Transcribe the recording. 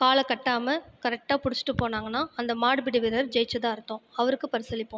காலை கட்டாமல் கரெக்டாக பிடிச்சிட்டு போனாங்கன்னா அந்த மாடுபிடி வீரர் ஜெயிச்சதாக அர்த்தம் அவருக்கு பரிசளிப்போம்